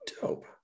dope